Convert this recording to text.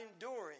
enduring